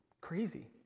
crazy